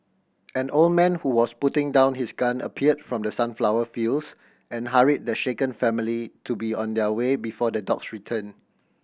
an old man who was putting down his gun appeared from the sunflower fields and hurried the shaken family to be on their way before the dogs return